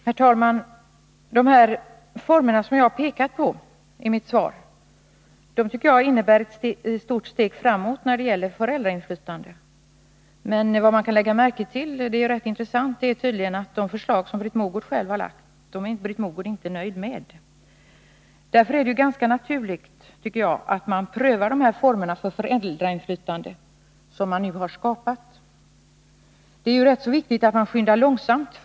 Herr talman! De former som jag har pekat på i mitt svar tycker jag innebär ett stort steg framåt när det gäller föräldrainflytande. Det är därför ganska intressant att lägga märke till att Britt Mogård inte är nöjd med det förslag som hon själv har lagt fram. Jag tycker att det är ganska naturligt att man prövar de former för föräldrainflytande som nu har skapats. Det är viktigt att vi skyndar långsamt.